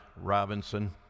Robinson